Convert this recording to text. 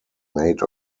made